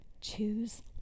Choose